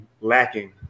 lacking